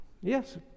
Yes